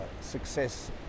success